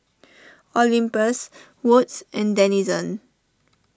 Olympus Wood's and Denizen